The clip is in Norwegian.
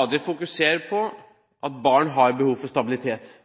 det viktig